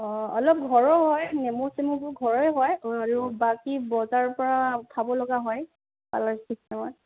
অ' অলপ ঘৰৰ হয় নেমু চেমুবোৰ ঘৰৰে হয় আৰু বাকী বজাৰৰ পৰা উঠাব লগা হয় পাল্লা ছিষ্টেমত